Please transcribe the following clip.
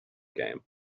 game